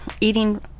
eating